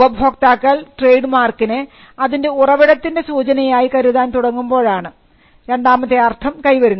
ഉപഭോക്താക്കൾ ട്രേഡ് മാർക്കിനെ അതിൻറെ ഉറവിടത്തിൻറെ സൂചനയായി കരുതാൻ തുടങ്ങുമ്പോഴാണ് രണ്ടാമത്തെ അർത്ഥം കൈ വരുന്നത്